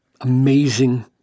amazing